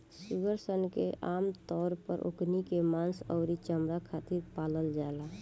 सूअर सन के आमतौर पर ओकनी के मांस अउरी चमणा खातिर पालल जाला